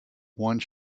one